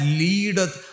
leadeth